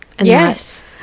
Yes